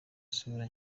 sura